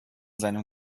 seinem